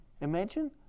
Imagine